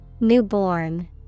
newborn